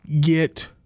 get